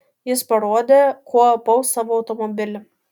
jis parodė kuo apaus savo automobilį